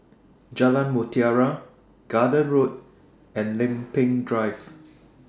Jalan Mutiara Garden Road and Lempeng Drive